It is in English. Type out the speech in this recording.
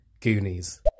Goonies